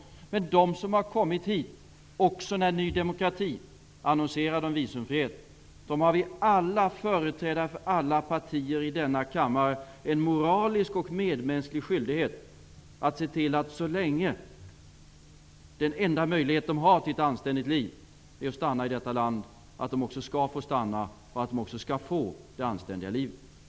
Beträffande dem som har kommit hit, också då Ny demokrati annonserade om visumfrihet, har alla företrädare för alla partier i denna kammare en moralisk och medmänsklig skyldighet att se till att dessa människor -- så länge den enda möjligheten till ett anständigt liv för dem är att de får stanna i vårt land -- också får stanna här och att de får ett anständigt liv.